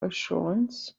assurance